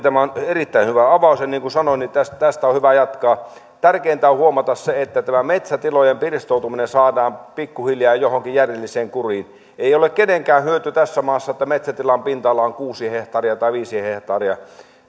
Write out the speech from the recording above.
tämä on erittäin hyvä avaus ja niin kuin sanoin tästä tästä on hyvä jatkaa tärkeintä on huomata se että tämä metsätilojen pirstoutuminen saadaan pikkuhiljaa johonkin järjelliseen kuriin ei ole kenenkään hyöty tässä maassa että metsätilan pinta ala on kuusi hehtaaria tai viisi hehtaaria